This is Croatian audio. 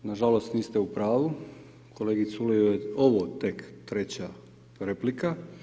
Nažalost niste u pravu, kolegi Culeju je ovo tek treća replika.